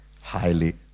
highly